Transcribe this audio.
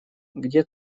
где